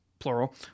plural